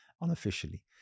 unofficially